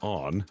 on